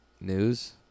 news